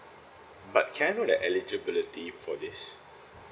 but can I know the eligibility for this